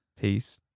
Peace